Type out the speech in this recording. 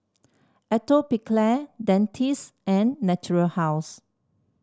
Atopiclair Dentiste and Natura House